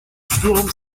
sturm